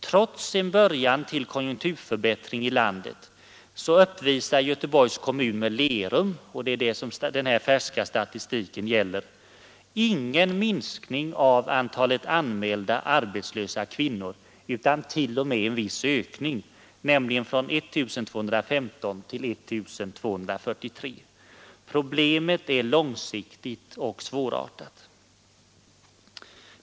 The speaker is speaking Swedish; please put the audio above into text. Trots en början till konjunkturförbättring i landet uppvisar Göteborgs kommun men Lerum — det är detta område som denna färska statistik gäller — ingen minskning av antalet anmälda arbetslösa kvinnor utan t.o.m. en viss ökning, nämligen från 1 215 till I 243. Problemet är långsiktigt och svårartat.